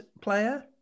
player